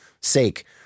sake